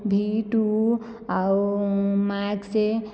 ଭି two ଆଉ Max